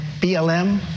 BLM